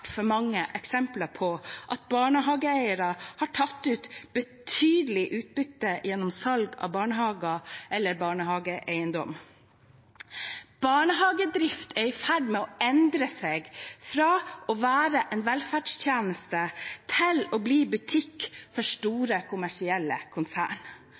mange eksempler på at barnehageeiere har tatt ut betydelig utbytte gjennom salg av barnehager eller barnehageeiendom. Barnehagedrift er i ferd med å endre seg fra å være en velferdstjeneste til å bli butikk for store kommersielle konsern.